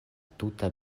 tuta